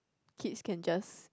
kids can just